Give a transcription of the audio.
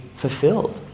fulfilled